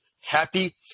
happy